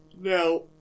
now